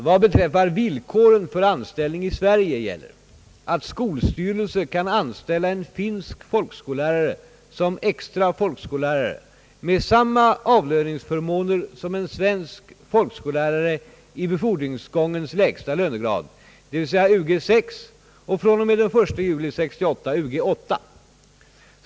Vad beträffar villkoren för anställning i Sverige gäller att skolstyrelse kan anställa en finsk folkskollärare som extra folkskollärare med samma avlöningsförmåner som en svensk folkskollärare i befordringsgångens lägsta lönegrad, d. v. s. Ug 6 och fr.o.m. den 1 juli 1968 Ug 8.